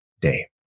day